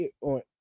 on